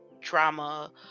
drama